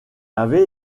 avait